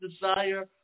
desire